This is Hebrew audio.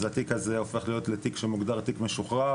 אז התיק הזה הופך להיות לתיק שמוגדר תיק משוחרר,